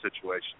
situation